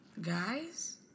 guys